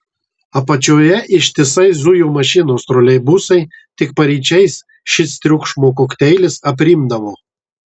apačioje ištisai zujo mašinos troleibusai tik paryčiais šis triukšmo kokteilis aprimdavo